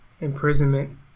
imprisonment